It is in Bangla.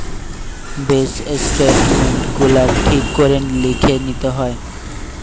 বেঙ্ক স্টেটমেন্ট গুলা ঠিক করে লিখে লিতে হয়